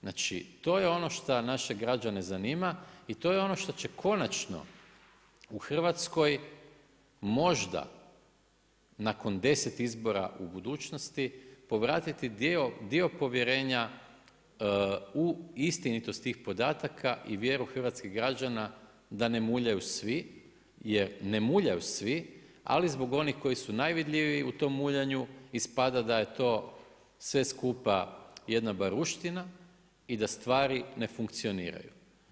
Znači, to je ono šta naše građane zanima i to je ono što će konačno u Hrvatskoj možda nakon 10 izbora u budućnost, povratiti dio povjerenja u istinitost tih podataka i vjeru hrvatskih građana da ne muljaju svi jer ne muljaju svi, ali zbog onih koji su najvidljiviji u tom muljanju, ispada da je to sve skupa jedna baruština i da stvari ne funkcioniraju.